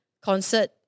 concert